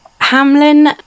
Hamlin